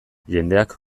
jendeak